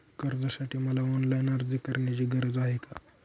कर्जासाठी मला ऑनलाईन अर्ज करण्याची गरज आहे का?